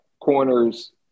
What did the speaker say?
corners